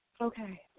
Okay